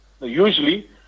usually